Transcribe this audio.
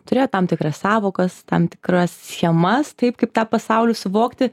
turėjo tam tikras sąvokas tam tikras schemas taip kaip tą pasaulį suvokti